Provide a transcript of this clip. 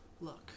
Look